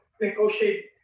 negotiate